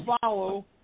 follow